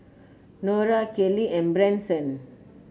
Norah Kayleigh and Branson